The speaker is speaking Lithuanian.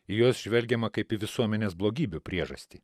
į juos žvelgiama kaip į visuomenės blogybių priežastį